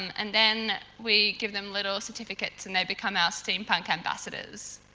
and then we give them little certificates and they become our steampunk ambassadors.